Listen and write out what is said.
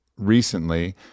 Recently